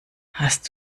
hast